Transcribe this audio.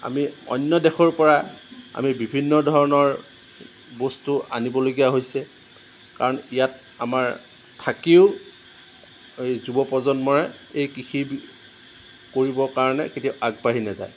আমি অন্য দেশৰ পৰা আমি বিভিন্ন ধৰণৰ বস্তু আনিবলগীয়া হৈছে কাৰণ ইয়াত আমাৰ থাকিও এই যুৱপ্ৰজন্ময়ে এই কৃষি কৰিবৰ কাৰণে কেতিয়াও আগবাঢ়ি নাযায়